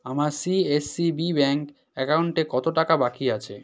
আমার CACB bank অ্যাকাউন্টে কত টাকা বাকি আছে